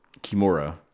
kimura